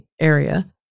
area